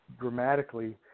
dramatically